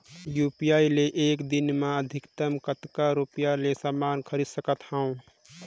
UPI ले एक दिन म अधिकतम कतका रुपिया तक ले समान खरीद सकत हवं?